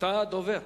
אתה הדובר.